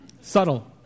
Subtle